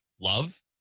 love